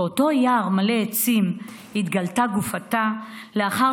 באותו יער מלא עצים התגלתה גופתה לאחר